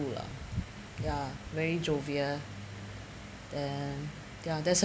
cheerful lah ya very jovial then ya that's